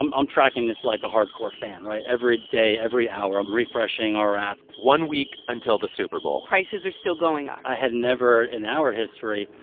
i'm i'm tracking this like a hardcore fan, right? every day, every hour, i'm refreshing our app one week until the super bowl prices are still going up i had never, in our history,